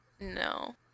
No